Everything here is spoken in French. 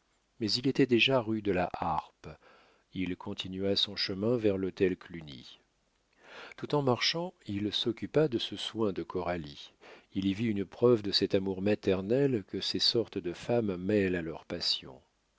mais il était déjà rue de la harpe il continua son chemin vers l'hôtel cluny tout en marchant il s'occupa de ce soin de coralie il y vit une preuve de cet amour maternel que ces sortes de femmes mêlent à leurs passions